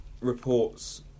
reports